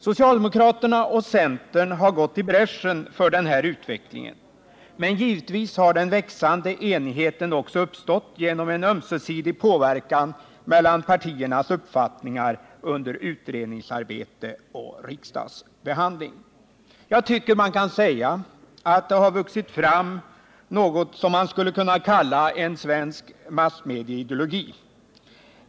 Socialdemokraterna och centern har gått i bräschen för den här utvecklingen, men givetvis har den växande enigheten också uppstått genom ömsesidig påverkan under utredningsarbete och riksdagsbehandling när det gäller partiernas uppfattningar. Jag tycker att det har vuxit fram någonting som man skulle kunna kalla en svensk massmedieideologi.